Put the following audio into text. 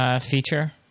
feature